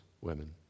women